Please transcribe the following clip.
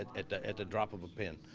at the at the drop of a pin.